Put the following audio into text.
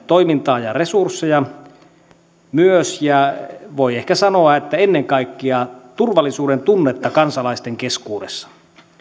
toimintaa ja resursseja myös niin voi ehkä sanoa että ennen kaikkea turvallisuudentunnetta kansalaisten keskuudessa